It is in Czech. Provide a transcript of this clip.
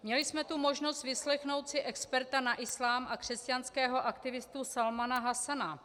Měli jsme tu možnost vyslechnout si experta na islám a křesťanského aktivistu Salmana Hasana.